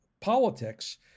politics